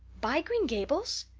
buy green gables?